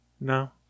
no